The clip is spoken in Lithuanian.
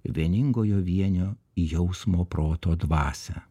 vieningojo vienio jausmo proto dvasią